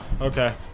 Okay